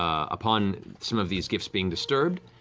ah upon some of these gifts being disturbed,